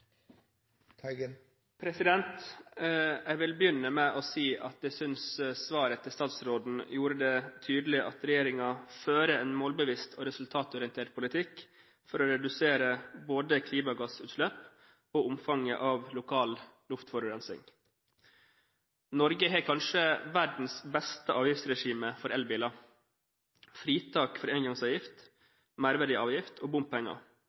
Jeg vil begynne med å si at jeg synes svaret til statsråden gjorde det tydelig at regjeringen fører en målbevisst og resultatorientert politikk for å redusere både klimagassutslipp og omfanget av lokal luftforurensning. Norge har kanskje verdens beste avgiftsregime for elbiler: fritak for engangsavgift, merverdiavgift og bompenger,